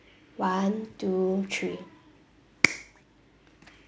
one two three